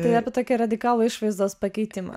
tai apie tokį radikalų išvaizdos pakeitimą